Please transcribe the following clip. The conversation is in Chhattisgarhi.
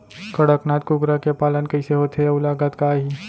कड़कनाथ कुकरा के पालन कइसे होथे अऊ लागत का आही?